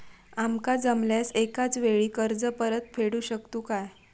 आमका जमल्यास एकाच वेळी कर्ज परत फेडू शकतू काय?